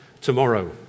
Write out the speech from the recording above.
tomorrow